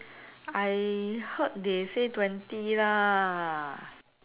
I heard they say twenty lah